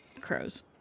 crows